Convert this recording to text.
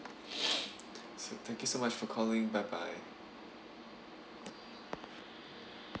so thank you so much for calling bye bye